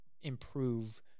improve